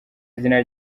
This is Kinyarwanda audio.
izina